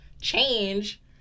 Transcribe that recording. change